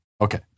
Okay